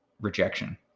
rejection